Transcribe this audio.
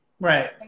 Right